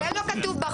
זה לא כתוב בחוק.